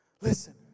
Listen